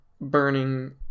burning